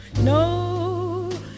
No